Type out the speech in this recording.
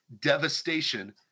devastation